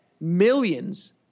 millions